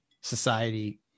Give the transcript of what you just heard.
society